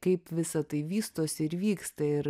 kaip visa tai vystosi ir vyksta ir